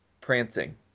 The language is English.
prancing